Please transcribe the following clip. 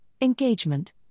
engagement